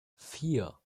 vier